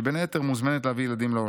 שבין היתר מוזמנת להביא ילדים לעולם.